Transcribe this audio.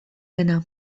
dena